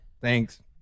Thanks